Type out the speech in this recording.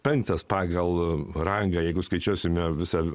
penktas pagal rangą jeigu skaičiuosime visą